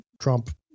Trump